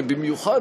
במיוחד,